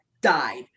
died